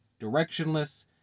directionless